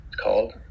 called